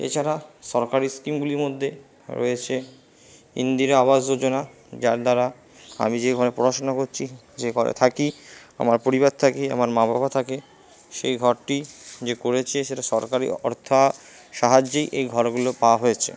এছাড়া সরকারি ইস্কিমগুলির মধ্যে রয়েছে ইন্দিরা আবাস যোজনা যার দ্বারা আমি যে ঘরে পড়াশোনা করছি যে ঘরে থাকি আমার পরিবার থাকে আমার মা বাবা থাকে সেই ঘরটি যে করেছে সেটা সরকারই অর্থাৎ সাহায্যেই এই ঘরগুলো পাওয়া হয়েছে